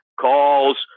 calls